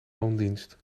loondienst